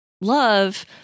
love